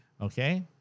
Okay